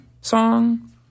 song